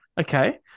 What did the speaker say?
Okay